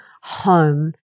home